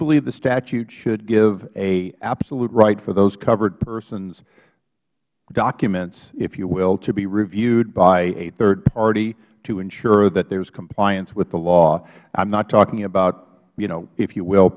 believe the statute should give an absolute right for those covered persons documents if you will to be reviewed by a third party to ensure that there is compliance with the law i am not talking about if you will